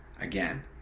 again